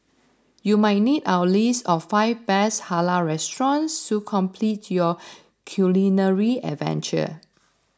you might need our list of five best Halal restaurants to complete your culinary adventure